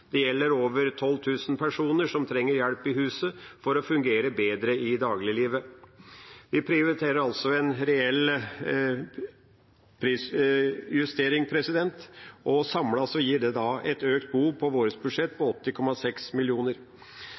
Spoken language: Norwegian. Det gjelder over 12 000 personer som trenger hjelp i huset for å fungere bedre i dagliglivet. Vi prioriterer altså en reell prisjustering, og samlet gir det et økt bo på vårt budsjett på 80,6